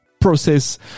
process